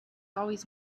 always